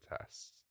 tests